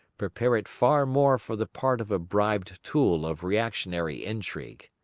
prepare it far more for the part of a bribed tool of reactionary intrigue.